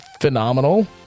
phenomenal